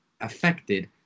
affected